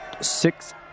six